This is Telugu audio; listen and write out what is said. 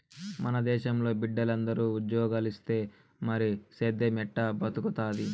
మన దేశంలో బిడ్డలందరూ ఉజ్జోగాలిస్తే మరి సేద్దెం ఎట్టా బతుకుతాది